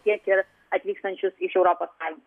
tiek ir atvykstančius iš europos sąjungos